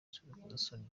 z’urukozasoni